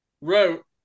wrote